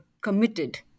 committed